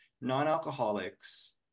non-alcoholics